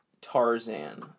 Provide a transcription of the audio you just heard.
Tarzan